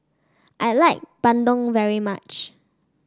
I like bandung very much